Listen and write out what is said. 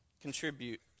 contribute